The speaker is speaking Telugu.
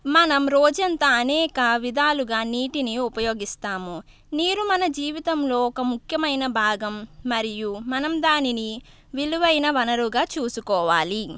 మనం రోజంతా అనేక విధాలుగా నీటిని ఉపయోగిస్తాము నీరు మన జీవితంలో ఒక ముఖ్యమైన భాగం మరియు మనం దానిని విలువైన వనరుగా చూసుకోవాలి